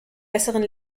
besseren